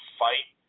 fight